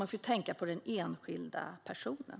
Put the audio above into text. Vi måste ju tänka på den enskilda personen.